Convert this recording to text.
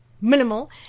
minimal